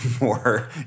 more